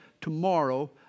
tomorrow